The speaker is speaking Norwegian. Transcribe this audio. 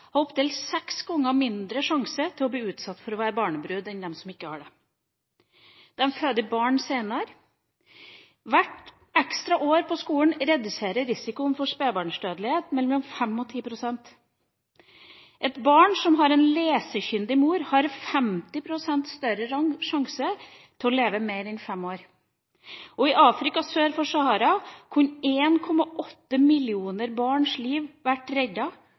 det. De føder barn senere. Hvert ekstra år på skolen reduserer risikoen for spedbarnsdødelighet med mellom 5 og 10 pst. Et barn som har en lesekyndig mor, har 50 pst. større sjanse til å leve mer enn fem år. I Afrika sør for Sahara kunne 1,8 millioner barns liv vært